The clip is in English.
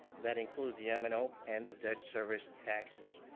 that includes the m and o and the debt service taxes.